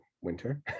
winter